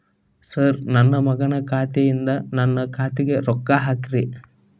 sir ನನ್ನ ಮಗನ ಖಾತೆ ಯಿಂದ ನನ್ನ ಖಾತೆಗ ರೊಕ್ಕಾ ಹಾಕ್ರಿ